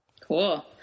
Cool